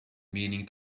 meaning